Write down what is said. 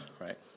right